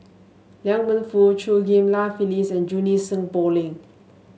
Liang Wenfu Chew Ghim Lian Phyllis and Junie Sng Poh Leng